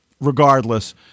regardless